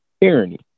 tyranny